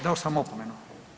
Dao sam opomenu.